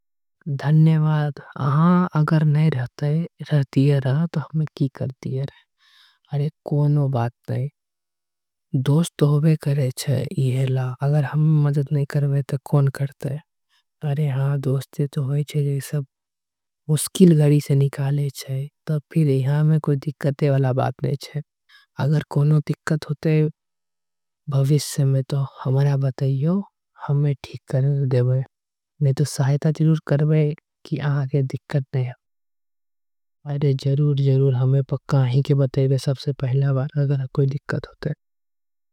अहा हमरा के बार बार काहे पूछे छीये हम तोहरा के बोल। दिए रहल की हमरा के खाना नई खाईबे मतलब नई खाईबे। नई तोहरा के खाना खाए पड़ते ई की हले भूखे नई छे त कहा। से खाईबे पेट में जगह होवे से त खाईबे छी ओ सब्जी होईजे। ओईसन और अगर हमरा मन करते त खाईबे वरना नई। खाईबे बात खतम एकरा आगे कोई बात नई होइते।